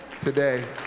today